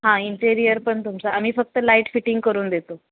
हां इंटेरियर पण तुमचं आम्ही फक्त लाईट फिटिंग करून देतो